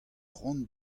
cʼhoant